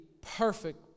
perfect